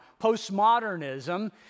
Postmodernism